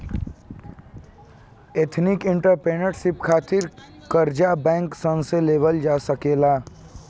ethnic entrepreneurship खातिर कर्जा bank सन से लेवल जा सकेला